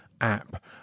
app